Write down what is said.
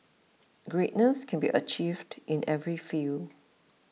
greatness can be achieved in every field